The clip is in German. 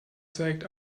zeigt